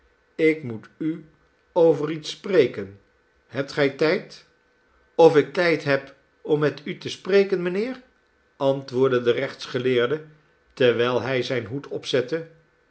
ik moet u over iets spreken hebt gij tijd of ik tijd heb om met u te spreken mijnheer antwoordde de rechtsgeleerde terwijl hij zijn hoed opzette